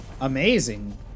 amazing